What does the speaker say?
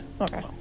Okay